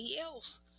else